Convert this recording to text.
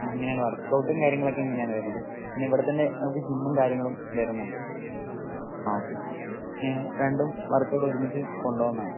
ഇങ്ങനെയാണ് വർക്ക് ഔട്ടും കാര്യങ്ങളൊക്കെ അങ്ങനെയാണ് വരുന്നത് പിന്നെ ഇവിടെ തന്നെ ജിമ്മും കാര്യങ്ങളും വരുന്നുണ്ട് രണ്ടും വർക്ക് ഔട്ടും ഒരുമിച്ച് കൊണ്ടുപോകാവുന്നതാണ്